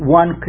one